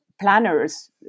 planners